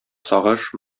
сагыш